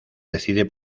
decide